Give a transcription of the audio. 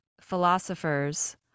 philosophers